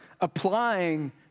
applying